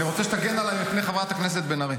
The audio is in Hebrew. אני רוצה שתגן עליי מפני חברת הכנסת בן ארי.